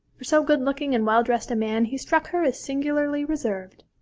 for so good-looking and well-dressed a man he struck her as singularly reserved.